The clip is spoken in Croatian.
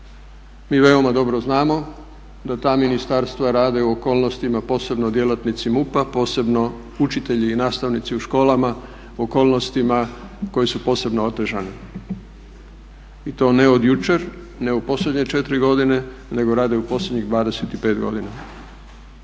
Mi jako dobro znamo da ta ministarstva rade u okolnostima, posebno djelatnici MUP-a, posebno učitelji i nastavnici u školama, okolnostima koje su posebno otežani i to ne od jučer nego, ne u posljednje 4 godine nego rade u posljednjih 25 godina.